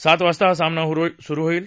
सात वाजता हा सामना सुरु होईल